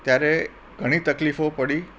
ત્યારે ઘણી તકલીફો પડી